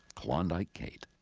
klondike kate.